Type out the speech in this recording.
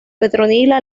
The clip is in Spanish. petronila